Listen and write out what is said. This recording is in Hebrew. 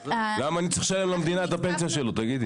למה אני צריך לשלם למדינה את הפנסיה שלו, תגידי?